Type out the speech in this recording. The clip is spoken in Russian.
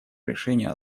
решение